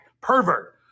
pervert